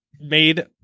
made